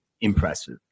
impressive